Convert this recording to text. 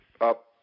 up